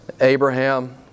Abraham